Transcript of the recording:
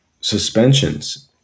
suspensions